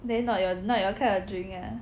then not your not your kind of drink ah